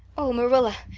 oh, marilla,